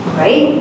right